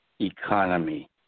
economy